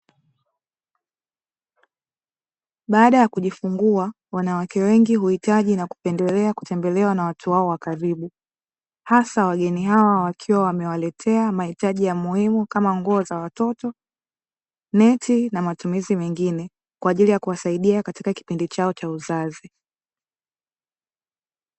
Baada ya kujifungua wanawake wengi huitaji na kupendelea kutembelewa na watu wao wa karibu, hasa wageni hawa wakiwa wamewaletea mahitaji ya muhimu kama nguo za watoto, neti na matumizi mengine kwa ajili ya kuwasaidia katika kipindi chao cha uzazi.